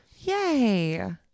yay